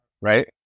right